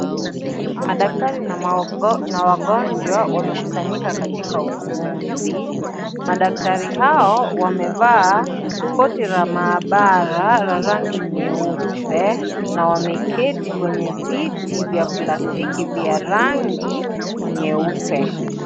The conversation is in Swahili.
Madaktari na wagonjwa wamekusanyika katika ukumbi madaktari hao wamevaa koti la maabara la rangi nyeupe na wameketi kwenye viti vya plastiki ya rangi nyeupe.